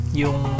yung